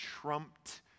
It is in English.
trumped